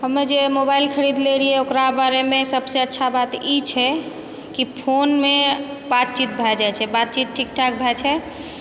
हम जे मोबाइल खरीदले रहिये ओकरा बारेमे सबसँ अच्छा बात ई छै कि फोनमे बातचीत भए जाइ छै बातचीत ठीकठाक होइ छै